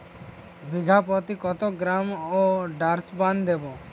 বিঘাপ্রতি কত গ্রাম ডাসবার্ন দেবো?